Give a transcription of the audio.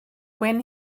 when